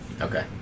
Okay